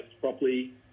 properly